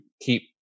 keep